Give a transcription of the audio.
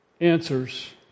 Answers